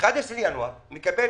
ב-11 בינואר אני מקבל